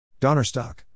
Donnerstock